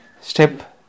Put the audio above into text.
step